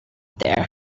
there